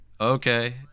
okay